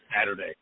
Saturday